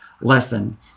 lesson